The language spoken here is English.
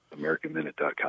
AmericanMinute.com